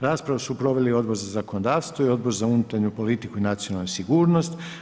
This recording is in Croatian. Raspravu su proveli Odbor za zakonodavstvo i Odbor za unutarnju politiku i nacionalnu sigurnost.